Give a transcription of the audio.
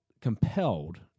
compelled